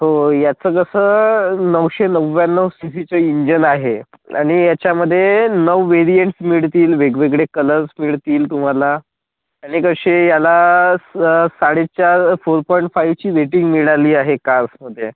हो ह्याचं कसं नऊशे नव्याण्णव सीसीचं इंजिन आहे आणि ह्याच्यामध्ये नऊ वेरिएंट्स मिळतील वेगवेगळे कलर्स मिळतील तुम्हाला आणि कसे ह्याला स साडे चार फोर पॉइंट फाइवची रेटिंग मिळाली आहे कार्समध्ये